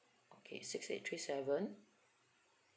okay six eight three seven